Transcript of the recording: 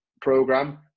program